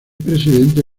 presidente